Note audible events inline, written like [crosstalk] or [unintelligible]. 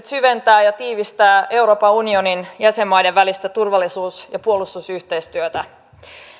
[unintelligible] syventää ja tiivistää euroopan unionin jäsenmaiden välistä turvallisuus ja puolustusyhteistyötä